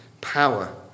power